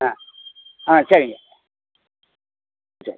ஆ ஆ சரிங்க சரி